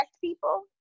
people